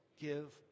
give